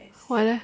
why leh